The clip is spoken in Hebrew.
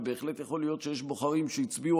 ובהחלט יכול להיות שיש בוחרים שהצביעו